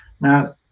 Now